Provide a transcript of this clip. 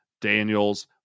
Daniels